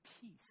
peace